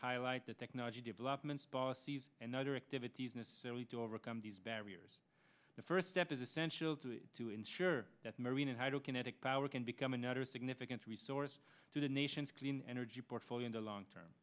highlight the technology developments posties and other activities necessary to overcome these barriers the first step is essential to it to ensure that marine and hydro kinetic power can become another significant resource to the nation's clean energy portfolio in the long term